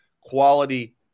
quality